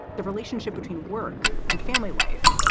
the relationship between work and family life,